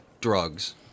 drugs